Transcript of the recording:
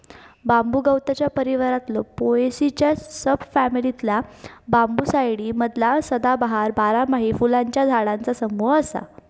बांबू गवताच्या परिवारातला पोएसीच्या सब फॅमिलीतला बांबूसाईडी मधला सदाबहार, बारमाही फुलांच्या झाडांचा समूह असा